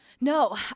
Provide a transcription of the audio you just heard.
No